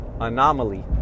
anomaly